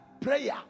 prayer